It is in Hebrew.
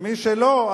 ומי שלא,